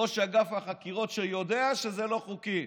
ראש אגף החקירות, שיודע שזה לא חוקי,